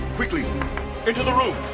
quickly into the room.